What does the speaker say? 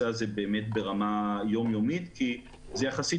הזה ברמה יום-יומית כי זה פשוט יחסית,